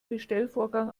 bestellvorgang